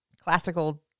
Classical